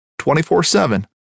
24-7